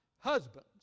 husbands